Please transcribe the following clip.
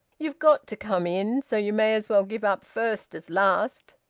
you've got to come in, so you may as well give up first as last.